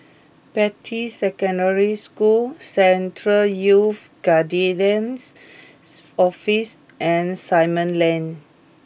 Beatty Secondary School Central Youth Guidance Office and Simon Lane